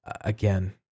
again